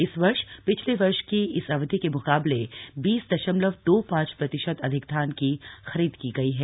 इस वर्षए पिछले वर्ष की इस अवधि के मुकाबले बीस दशमलव दो ांच प्रतिशत अधिक धान की खरीद की गई है